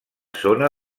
zona